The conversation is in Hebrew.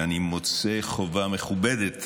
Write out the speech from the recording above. ואני מוצא חובה מכובדת